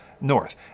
North